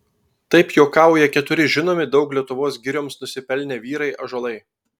taip juokauja keturi žinomi daug lietuvos girioms nusipelnę vyrai ąžuolai